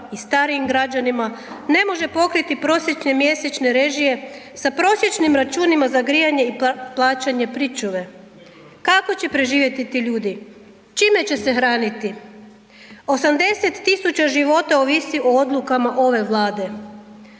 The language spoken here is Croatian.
i starijim građanima, ne može pokriti prosječne mjesečne režije sa prosječnim računima za grijanje i plaćanje pričuve. Kako će preživjeti ti ljudi? Čime će se hraniti? 80 000 života ovisiti o odlukama ove Vlade.